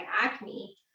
acne